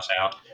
out